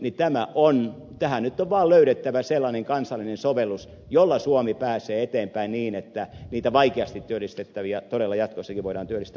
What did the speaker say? tähän nyt on vaan löydettävä sellainen kansallinen sovellus jolla suomi pääsee eteenpäin niin että niitä vaikeasti työllistettäviä todella jatkossakin voidaan työllistää